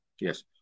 Yes